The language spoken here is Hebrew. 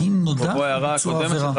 אפרופו ההערה הקודמת שלך,